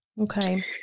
Okay